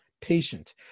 patient